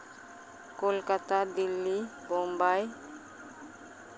Kolkata Delhi Bombay